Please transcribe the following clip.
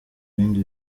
ibindi